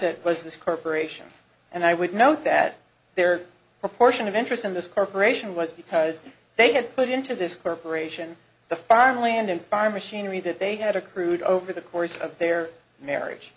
et was this corporation and i would note that their proportion of interest in this corporation was because they had put into this corporation the farmland and farm machinery that they had accrued over the course of their marriage